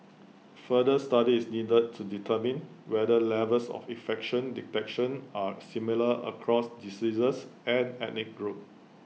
further study is needed to determine whether levels of infection detection are similar across diseases and ethnic groups